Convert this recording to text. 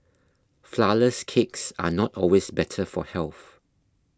Flourless Cakes are not always better for health